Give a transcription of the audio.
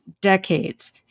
decades